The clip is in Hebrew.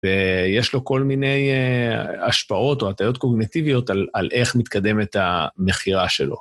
ויש לו כל מיני השפעות או הטיות קוגנטיביות על איך מתקדמת את המכירה שלו.